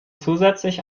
zusätzlich